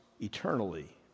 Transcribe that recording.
eternally